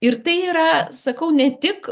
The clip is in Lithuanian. ir tai yra sakau ne tik